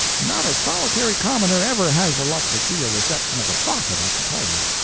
not a solitary commoner ever has the luck to see a reception of a prophet, i can tell you.